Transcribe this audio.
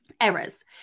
errors